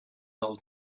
old